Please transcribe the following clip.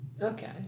Okay